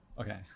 Okay